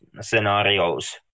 scenarios